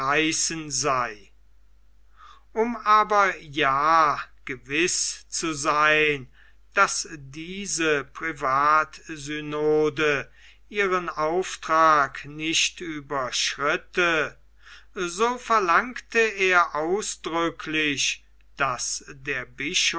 um aber ja gewiß zu sein daß diese privatsynode ihren auftrag nicht überschritte so verlangte er ausdrücklich daß der bischof